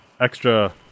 extra